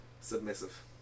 submissive